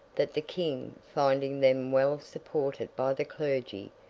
that the king, finding them well supported by the clergy,